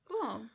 Cool